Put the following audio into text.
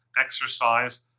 exercise